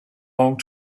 long